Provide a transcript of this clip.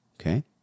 okay